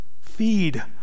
Feed